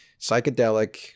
Psychedelic